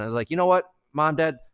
like, you know what, mom, dad,